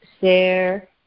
share